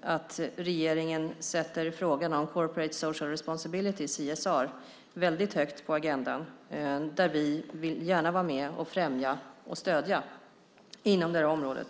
att regeringen sätter frågan om corporate social responsibility , CSR, väldigt högt på agendan. Vi vill gärna vara med och främja och stödja inom det området.